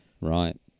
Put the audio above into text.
Right